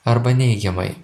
arba neigiamai